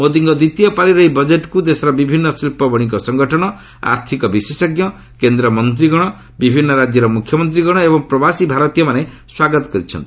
ମୋଦିଙ୍କ ଦ୍ୱିତୀୟ ପାଳିର ଏହି ବଜେଟ୍କୁ ଦେଶର ବିଭିନ୍ନ ଶିଳ୍ପ ବଣିକ ସଙ୍ଗଠନ ଆର୍ଥିକ ବିଶେଷଜ୍ଞ କେନ୍ଦ୍ର ମନ୍ତ୍ରୀଗଣ ବିଭିନ୍ନ ରାଜ୍ୟର ମ୍ରଖ୍ୟମନ୍ତ୍ରୀଗଣ ଏବଂ ପ୍ରବାସୀ ଭାରତୀୟମାନେ ସ୍ୱାଗତ କରିଛନ୍ତି